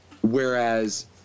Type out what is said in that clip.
whereas